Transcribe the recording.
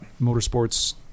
motorsports